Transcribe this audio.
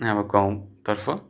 अब गाउँतर्फ